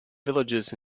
villages